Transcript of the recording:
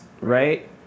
right